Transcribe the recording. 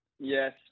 Yes